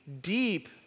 deep